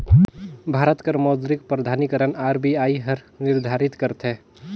भारत कर मौद्रिक प्राधिकरन आर.बी.आई हर निरधारित करथे